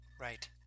Right